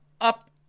up